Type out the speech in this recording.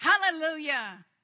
Hallelujah